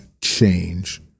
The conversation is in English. change